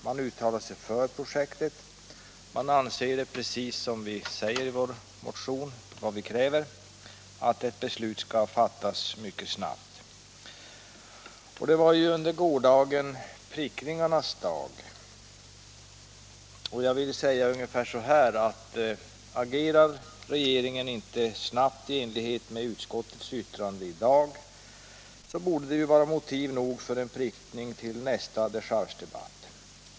Man uttalar sig för projektet. Man anser, precis som vi kräver i vår motion, att ett beslut skall fattas mycket snabbt. Gårdagen var prickningarnas dag. Jag vill säga så här: Agerar inte regeringen snabbt i enlighet med utskottets yttrande i dag, borde det vara motiv nog för en prickning i nästa dechargedebatt.